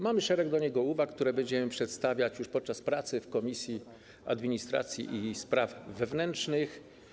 Mamy do niego szereg uwag, które będziemy przedstawiać już podczas pracy w Komisji Administracji i Spraw Wewnętrznych.